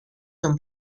són